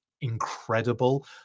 Incredible